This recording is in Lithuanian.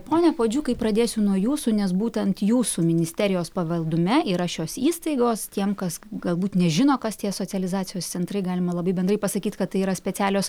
ponia puodžiukai pradėsiu nuo jūsų nes būtent jūsų ministerijos pavaldume yra šios įstaigos tiem kas galbūt nežino kas tie socializacijos centrai galima labai bendrai pasakyti kad tai yra specialios